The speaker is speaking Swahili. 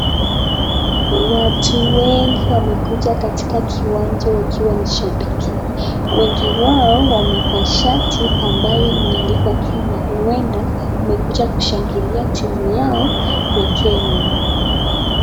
Watu wengi wamekuja katika kiwanja wakiwa ni shabiki. Wengi wao wamevaa shati ambayo imeandikwa Kenya, huenda wamekuja kushangilia timu yao ya Kenya.